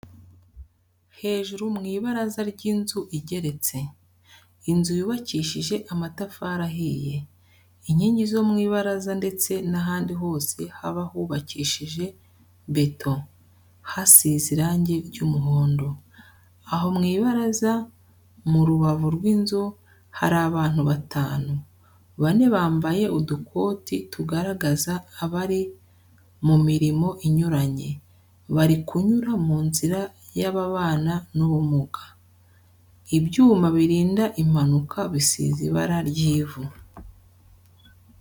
Hejuru mu ibaraza ry'inzu igeretse. Inzu yubakishije amatafari ahiye. Inkingi zo mu ibaraza ndetse n'ahandi hose haba hubakishije beto, hasize irangi ry'umuhondo. Aho mu ibaraza, mu rubavu rw'inzu, hari abantu batanu, bane bambaye udutoki tugaragaza abari mu mirimo inyuranye, bari kunyura mu nzira y'ababana n'ubumuga. Ibyuma birinda impanuka bisize ibara ry'ivu.